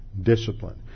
discipline